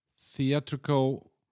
theatrical